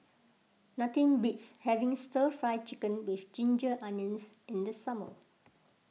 nothing beats having Stir Fry Chicken with Ginger Onions in the summer